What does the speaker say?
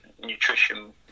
nutrition